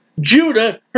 Judah